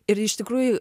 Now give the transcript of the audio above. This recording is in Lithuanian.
ir iš tikrųjų